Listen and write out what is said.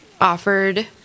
offered